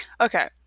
Okay